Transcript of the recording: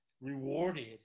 rewarded